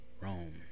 Rome